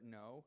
no